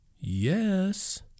yes